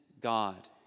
God